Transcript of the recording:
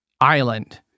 island